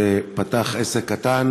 שפתח עסק קטן